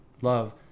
love